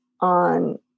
on